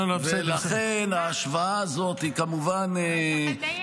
ולכן ההשוואה הזאת היא כמובן -- אתה צריך לדייק.